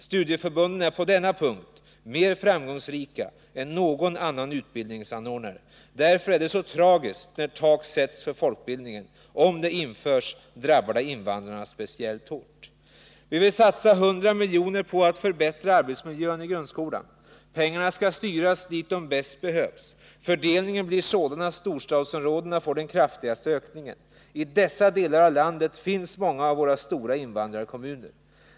Studieförbunden är på denna punkt mer framgångsrika än någon annan utbildningsanordnare. Därför är det så tragiskt när tak sätts för folkbildningen. Om det införs drabbar det invandrarna speciellt hårt. 4. Vi vill satsa 100 milj.kr. på att förbättra arbetsmiljön i grundskolan. Pengarna skall styras dit där de bäst behövs. Fördelningen blir sådan att storstadsområdena får den kraftigaste ökningen. I dessa delar av landet finns många av våra stora invandrarkommuner.